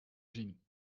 zien